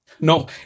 No